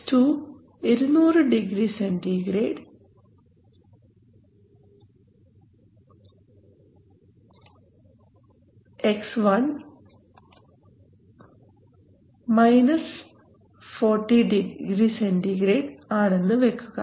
X2 200 degree centigrade X1 40 centigrade ആണെന്നു വയ്ക്കുക